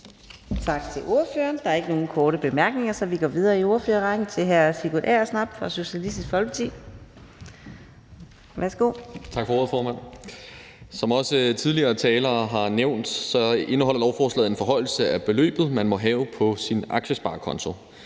Tak til ordføreren. Der er ikke nogen korte bemærkninger, så vi går videre i ordførerrækken til hr. Mohammad Rona fra Moderaterne.